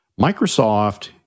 Microsoft